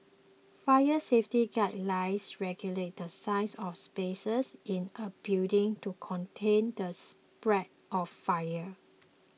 fire safety guidelines regulate the size of spaces in a building to contain the spread of fire